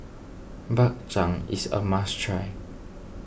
Bak Chang is a must try